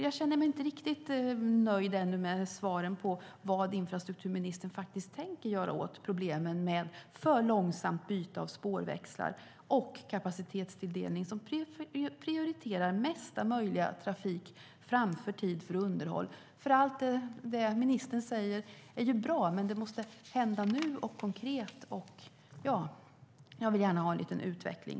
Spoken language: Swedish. Jag känner mig alltså ännu inte riktigt nöjd med svaren på frågan vad infrastrukturministern faktiskt tänker göra åt problemen med ett för långsamt byte av spårväxlar och en kapacitetstilldelning som prioriterar mesta möjliga trafik framför tid för underhåll. Allt det ministern säger är nämligen bra, men det måste hända nu och vara konkret. Jag vill alltså gärna ha en liten utveckling.